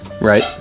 Right